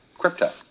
crypto